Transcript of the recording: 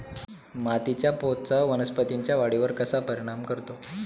मातीच्या पोतचा वनस्पतींच्या वाढीवर कसा परिणाम करतो?